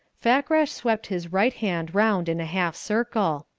fakrash swept his right hand round in a half circle.